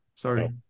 Sorry